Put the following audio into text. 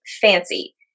fancy